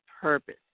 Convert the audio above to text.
purpose